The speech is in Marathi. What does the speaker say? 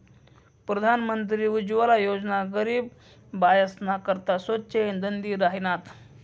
प्रधानमंत्री उज्वला योजना गरीब बायीसना करता स्वच्छ इंधन दि राहिनात